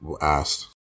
asked